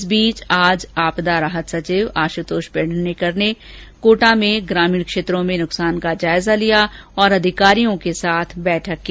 इस बीच आज आपदा राहत सचिव आशुतोष पेडनेकर कोटा पहचें वहां उन्होंने ग्रामीण क्षेत्रों में नुकसान का जायजा लिया और अधिकारियों के साथ बैठक की